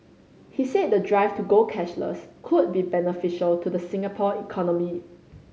he said the drive to go cashless could be beneficial to the Singapore economy